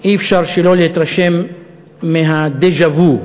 שלא להתרשם מהדז'ה-וו,